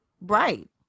Right